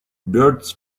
birds